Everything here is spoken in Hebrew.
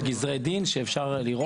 של גזרי דין שאפשר לראות?